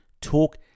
talk